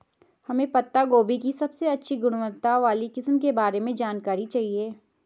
हमें पत्ता गोभी की सबसे अच्छी गुणवत्ता वाली किस्म के बारे में जानकारी चाहिए?